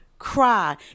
cry